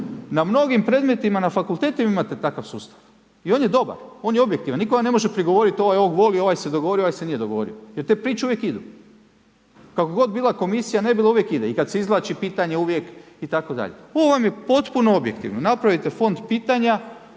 Na mnogim predmetima na fakultetima vi imate takav sustav. I on je dobar, on je objektivan. Nitko vam ne može prigovoriti ovaj ovog voli, ovaj se dogovorio, ovaj se nije dogovorio jer te priče uvijek idu, kakva god bila komisija, ne bila, uvijek ide i kad se izvlači pitanje uvijek itd. ovo vam je potpuno objektivno, napravite fond pitanja,